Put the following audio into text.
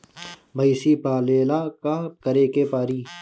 भइसी पालेला का करे के पारी?